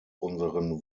unseren